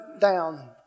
down